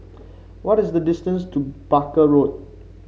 what is the distance to Barker Road